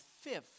fifth